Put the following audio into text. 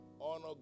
honor